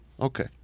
Okay